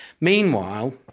Meanwhile